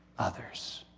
others.